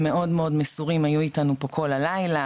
מאד מאד מסורים היו איתנו כל הלילה,